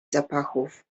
zapachów